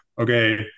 okay